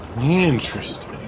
Interesting